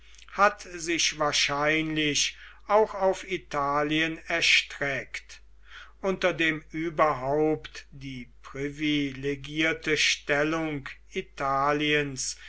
hat sich wahrscheinlich auch auf italien erstreckt unter dem überhaupt die privilegierte stellung italiens